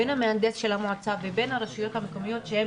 בין המהנדס של המועצה ובין הרשויות המקומיות שהן